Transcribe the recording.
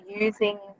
using